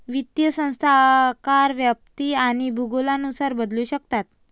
वित्तीय संस्था आकार, व्याप्ती आणि भूगोलानुसार बदलू शकतात